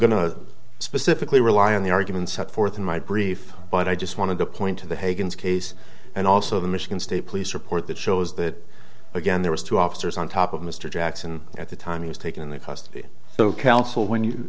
to specifically rely on the arguments set forth in my brief but i just want to point to the hagans case and also the michigan state police report that shows that again there was two officers on top of mr jackson at the time he was taken in the past so counsel